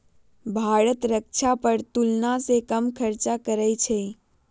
भारत रक्षा पर तुलनासे कम खर्चा करइ छइ